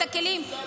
את הכלים,